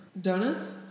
Donuts